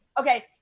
okay